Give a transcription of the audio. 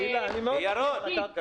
אני מאוד מחובר לקרקע.